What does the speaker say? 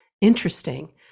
interesting